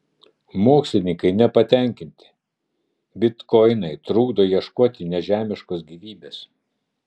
mokslininkai nepatenkinti bitkoinai trukdo ieškoti nežemiškos gyvybės